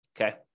Okay